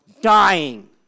dying